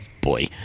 boy